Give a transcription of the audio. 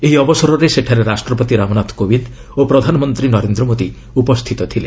ଏହି ଅବସରରେ ସେଠାରେ ରାଷ୍ଟ୍ରପତି ରାମନାଥ କୋବିନ୍ଦ ଓ ପ୍ରଧାନମନ୍ତ୍ରୀ ନରେନ୍ଦ୍ର ମୋଦି ଉପସ୍ଥିତ ଥିଲେ